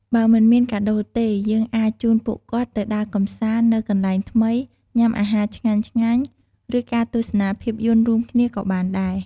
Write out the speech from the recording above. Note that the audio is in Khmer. បើមិនមានកាដូរទេ យើងអាចជូនពួកគាត់ទៅដើរកម្សាន្តនៅកន្លែងថ្មី ញ៉ាំអាហារឆ្ញាញ់ៗ ឬការទស្សនាភាពយន្តរួមគ្នាក៏បានដែរ។